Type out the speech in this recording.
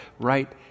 right